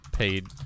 Paid